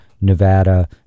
Nevada